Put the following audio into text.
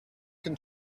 can